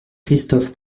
christophe